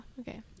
okay